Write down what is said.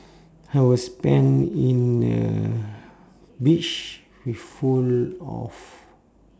I will spend in a beach with full of